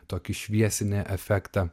tokį šviesinį efektą